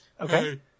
Okay